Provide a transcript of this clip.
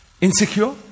insecure